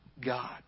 god